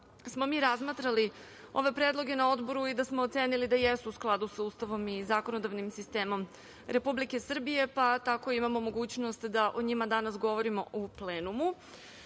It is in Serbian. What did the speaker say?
smo mi razmatrali ove predloge na Odboru i da smo ocenili da su u skladu sa Ustavom i zakonodavnim sistemom Republike Srbije, pa tako imamo mogućnost da o njima danas govorimo u plenumu. Dakle,